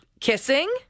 Kissing